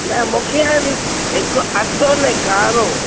न मूंखे हाणे हिकु अछो ने कारो